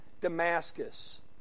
Damascus